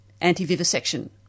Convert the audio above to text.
anti-vivisection